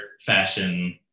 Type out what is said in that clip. fashion